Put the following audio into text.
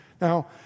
Now